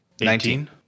Nineteen